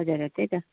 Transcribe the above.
हजुर हजुर त्यही त